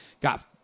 got